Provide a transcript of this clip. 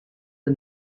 the